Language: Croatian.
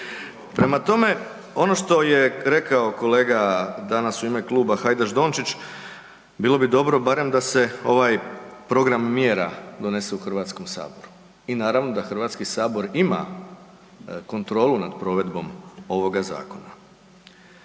Prema tome, ono što je rekao kolega danas u ime kluba, Hajdaš Dončić, bilo bi dobro barem da se ovaj program mjera donese u Hrvatskom saboru i naravno da Hrvatski sabor ima kontrolu nad provedbom ovoga zakona.